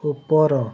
ଉପର